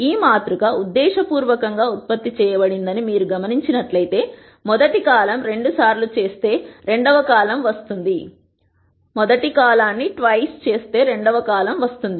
ఈ మాతృక ఉద్దేశపూర్వకం గా ఉత్పత్తి చేయబడిందని మీరు గమనించినట్లయితే మొదటి కాలమ్ రెండుసార్లు చేస్తే రెండవ కాలమ్ వస్తుంది